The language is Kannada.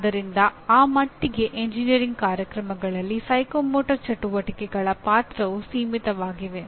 ಆದ್ದರಿಂದ ಆ ಮಟ್ಟಿಗೆ ಎಂಜಿನಿಯರಿಂಗ್ ಕಾರ್ಯಕ್ರಮಗಳಲ್ಲಿ ಮನೋಪ್ರೇರಣಾ ಚಟುವಟಿಕೆಗಳ ಪಾತ್ರವು ಸೀಮಿತವಾಗಿವೆ